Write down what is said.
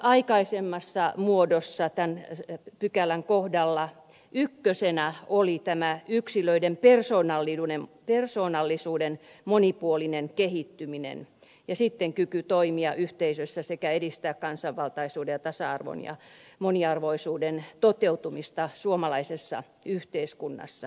aikaisemmassa muodossa tämän pykälän kohdalla ykkösenä oli tämä yksilöiden persoonallisuuden monipuolinen kehittyminen ja sitten kyky toimia yhteisössä sekä edistää kansanvaltaisuuden ja tasa arvon ja moniarvoisuuden toteutumista suomalaisessa yhteiskunnassa